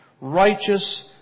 righteous